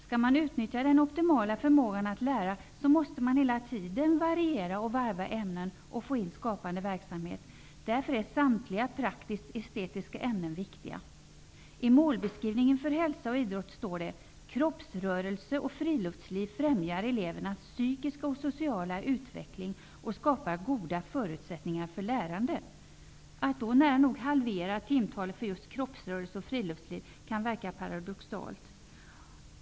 Skall man utnyttja den optimala förmågan att lära, måste man hela tiden variera och varva ämnen och få in skapande verksamhet. Därför är samtliga praktiskestetiska ämnen viktiga. I målbeskrivningen för ämnet hälsa och idrott står: ''Kroppsrörelse och friluftsliv främjar elevernas psykiska och sociala utveckling och skapar goda förutsättningar för lärande.'' Att då nära nog halvera timtalet för just kroppsrörelse och friluftsliv kan verka paradoxalt.